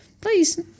please